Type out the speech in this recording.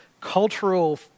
cultural